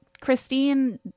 Christine